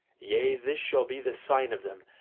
yea, this shall be the sign of them,